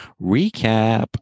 recap